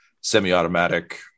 semi-automatic